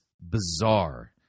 bizarre